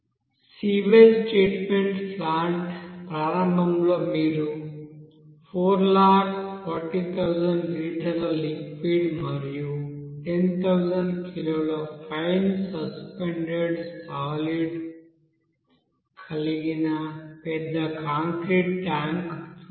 sewage treatment plant ప్రారంభంలో మీరు 440000 లీటర్ల లిక్విడ్ మరియు 10000 కిలోల ఫైన్ సస్పెండెడ్ సాలిడ్ కలిగిన పెద్ద కాంక్రీట్ ట్యాంక్ చూస్తారు